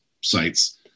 sites